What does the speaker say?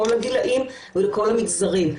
כל הגילאים ולכל המגזרים,